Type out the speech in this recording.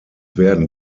werden